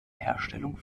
herstellung